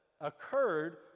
occurred